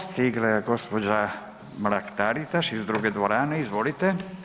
Stigla je gospođa Mrak Taritaš iz druge dvorane, izvolite.